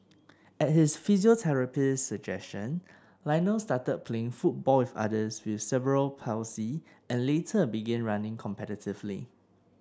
at his physiotherapist's suggestion Lionel started playing football with others with cerebral palsy and later began running competitively